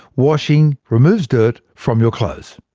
washing removes dirt from your clothes.